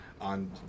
on